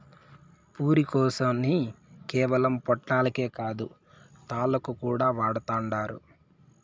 పురికొసని కేవలం పొట్లాలకే కాదు, తాళ్లుగా కూడా వాడతండారు